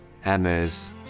hammers